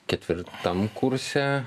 ketvirtam kurse